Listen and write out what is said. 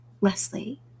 Leslie